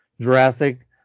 Jurassic